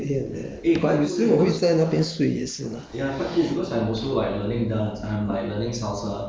暂时没有住在那边 ah 我 I still move travel a bit here and there but 有时我会在那边睡也是啦